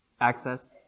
access